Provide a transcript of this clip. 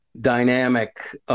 dynamic